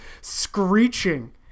screeching